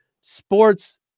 sports